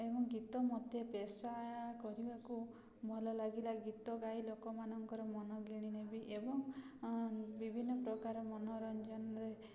ଏବଂ ଗୀତ ମୋତେ ପେଶା କରିବାକୁ ଭଲ ଲାଗିଲା ଗୀତ ଗାଇ ଲୋକମାନଙ୍କର ମନ କିଣି ନେବି ଏବଂ ବିଭିନ୍ନ ପ୍ରକାର ମନୋରଞ୍ଜନରେ